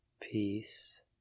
Peace